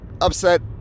upset